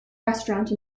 restaurant